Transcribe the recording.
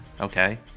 Okay